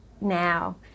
now